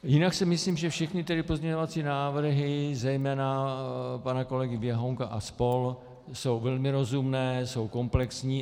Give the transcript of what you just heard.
Jinak si myslím, že všechny pozměňovací návrhy, zejména pana kolegy Běhounka a spol., jsou velmi rozumné, jsou komplexní.